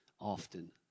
often